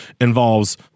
involves